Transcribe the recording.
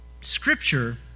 Scripture